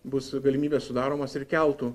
bus galimybės sudaromos ir keltų